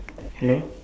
hello